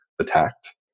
attacked